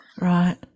Right